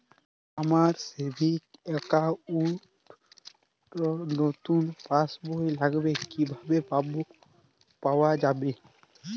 আমার savings account র নতুন পাসবই লাগবে কিভাবে পাওয়া যাবে?